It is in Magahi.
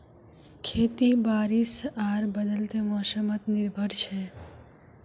खेती बारिश आर बदलते मोसमोत निर्भर छे